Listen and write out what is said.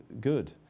good